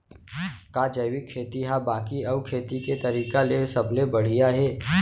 का जैविक खेती हा बाकी अऊ खेती के तरीका ले सबले बढ़िया हे?